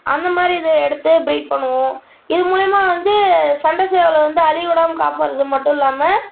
அந்தமாதிரி இதை எடுத்து ப்ரீட் பண்ணுவோம் இது மூலிமா வந்து சண்டை சேவலை வந்து அழியவிடாம காப்பாத்துறது மட்டும் இல்லாமல்